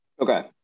Okay